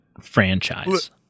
franchise